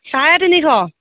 চাৰে তিনিশ